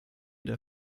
der